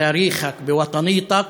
במאבק שלך,